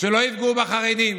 שלא יפגעו בחרדים?